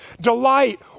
delight